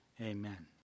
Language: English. Amen